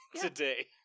today